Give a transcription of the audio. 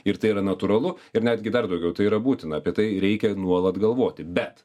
ir tai yra natūralu ir netgi dar daugiau tai yra būtina apie tai reikia nuolat galvoti bet